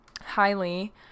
highly